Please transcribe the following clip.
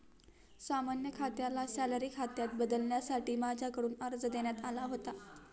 सामान्य खात्याला सॅलरी खात्यात बदलण्यासाठी माझ्याकडून अर्ज देण्यात आला होता